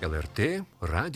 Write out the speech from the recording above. el er tė radijo žinios